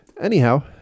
anyhow